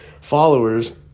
followers